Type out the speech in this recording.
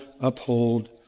uphold